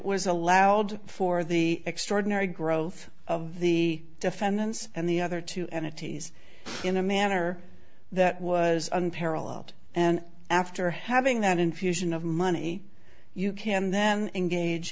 was allowed for the extraordinary growth of the defendants and the other two entities in a manner that was unparalleled and after having that infusion of money you can then engage